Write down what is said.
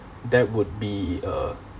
that would be uh